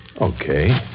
Okay